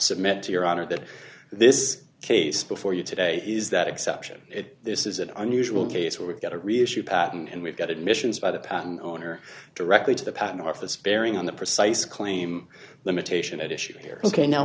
submit to your honor that this is a case before you today is that exception if this is an unusual case where we've got a real issue patent and we've got admissions by the patent owner directly to the patent office bearing on the precise claim limitation at issue here ok now